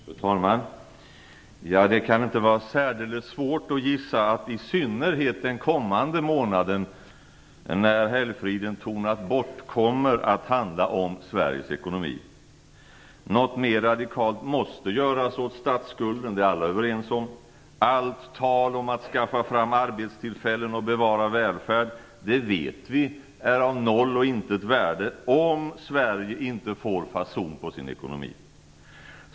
Fru talman! Det kan inte vara särdeles svårt att gissa att i synnerhet den kommande månaden, när helgfriden tonat bort, kommer att handla om Sveriges ekonomi. Något radikalt måste göras åt statsskulden. Det är alla överens om. Vi vet att allt tal om att skaffa fram arbetstillfällen och bevara välfärden är av noll och intet värde om Sverige inte får fason på sin ekonomi.